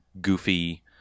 goofy